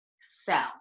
sell